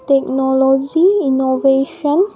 technology innovation